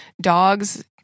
dog's